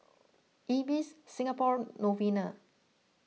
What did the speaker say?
Ibis Singapore Novena